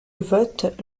vote